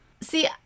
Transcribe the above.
See